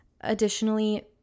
Additionally